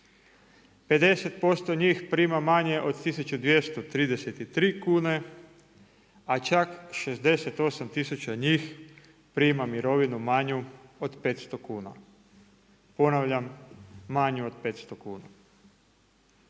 50% njih prima manje od 1233 kune, a čak 68000 njih prima mirovinu manju od 500 kuna, ponavljam, manju od 500 kuna.